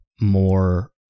more